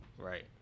Right